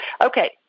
Okay